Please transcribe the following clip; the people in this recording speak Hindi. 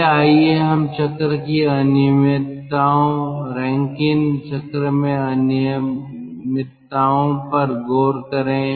पहले आइए हम चक्र की अनियमितताओं रैनकिन चक्र में अनियमितताओं पर गौर करें